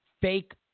fake